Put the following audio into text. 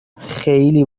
خیلی